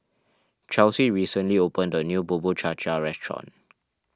Chelsey recently opened a new Bubur Cha Cha Restaurant